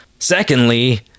Secondly